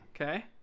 Okay